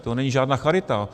To není žádná charita.